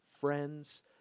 friends